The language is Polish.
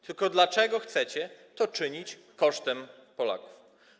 Tylko dlaczego chcecie to czynić kosztem Polaków?